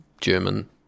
German